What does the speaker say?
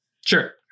Sure